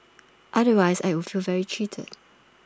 otherwise I would feel very cheated